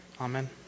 amen